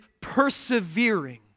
persevering